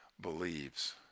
believes